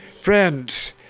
friends